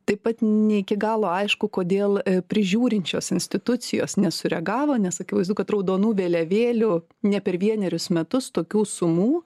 taip pat ne iki galo aišku kodėl prižiūrinčios institucijos nesureagavo nes akivaizdu kad raudonų vėliavėlių ne per vienerius metus tokių sumų